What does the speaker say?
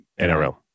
NRL